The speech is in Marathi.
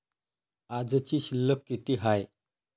आजची शिल्लक किती हाय?